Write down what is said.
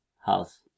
house